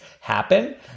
happen